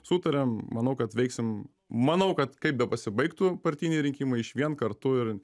sutarėm manau kad veiksim manau kad kaip bepasibaigtų partiniai rinkimai išvien kartu ir